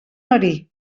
hori